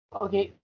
Okay